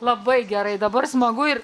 labai gerai dabar smagu ir